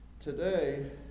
Today